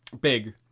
Big